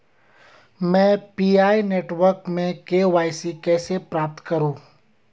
मैं Pi network में KYC कैसे प्राप्त करूँ?